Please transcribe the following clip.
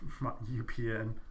UPN